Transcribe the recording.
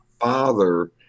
father